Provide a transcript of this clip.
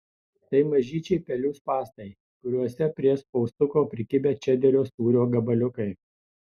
tai mažyčiai pelių spąstai kuriuose prie spaustuko prikibę čederio sūrio gabaliukai